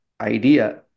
idea